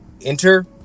enter